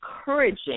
encouraging